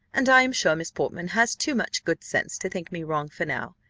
and i am sure miss portman has too much good sense to think me wrong for now,